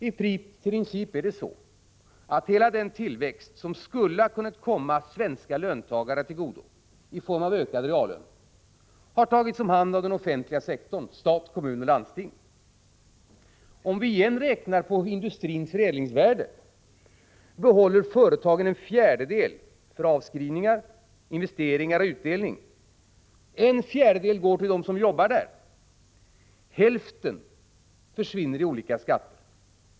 I princip är det så, att hela den tillväxt som skulle ha kunnat komma svenska löntagare till godo i form av ökade reallöner har tagits om hand av den offentliga sektorn — stat, kommun och landsting. Om vi igen räknar på industrins förädlingsvärde finner vi att företagen behåller en fjärdedel för avskrivningar, investeringar och utdelning, en fjärdedel går till dem som jobbar i företagen, hälften försvinner i olika skatter.